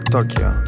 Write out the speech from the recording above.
Tokyo